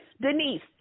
Denise